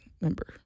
member